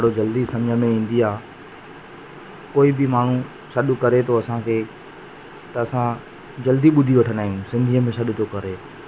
ऐं ॾाढा झूला लॻंदा आहिनि इहा वरसी साईं जन जी असांजी कटनीअ में हर साल लॻंदी आहे इहा ॾाढी अनोखी आहे